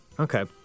Okay